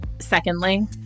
secondly